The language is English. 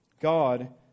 God